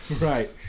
right